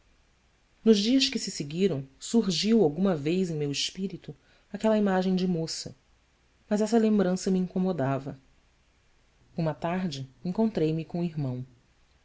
nos dias que se seguiram surgiu alguma vez em meu espírito aquela imagem de moça mas essa lembrança me incomodava uma tarde encontrei-me com o irmão